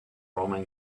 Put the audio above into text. roman